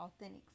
authentic